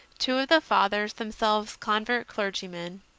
two of the fathers, themselves convert-clergymen,